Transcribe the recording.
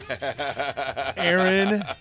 Aaron